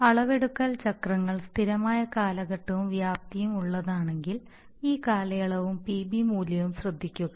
അളവെടുക്കൽ ചക്രങ്ങൾ സ്ഥിരമായ കാലഘട്ടവും വ്യാപ്തിയും ഉള്ളതാണെങ്കിൽ ഈ കാലയളവും PB മൂല്യവും ശ്രദ്ധിക്കുക